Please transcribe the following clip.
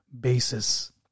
basis